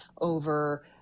over